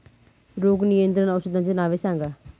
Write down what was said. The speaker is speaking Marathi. रोग नियंत्रण औषधांची नावे सांगा?